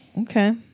okay